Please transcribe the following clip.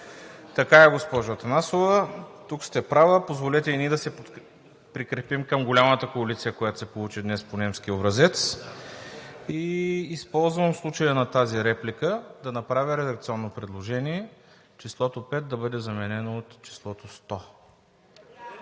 Така е, госпожо Атанасова – тук сте права, позволете и ние да се прикрепим към голямата коалиция, която се получи днес по немски образец. Използвам случая на тази реплика да направя редакционно предложение – числото „5“ да бъде заменено от числото „100“.